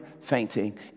fainting